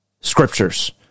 scriptures